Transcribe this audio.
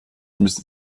müssen